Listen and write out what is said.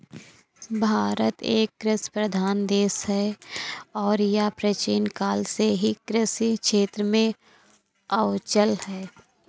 भारत एक कृषि प्रधान देश है और यह प्राचीन काल से ही कृषि क्षेत्र में अव्वल है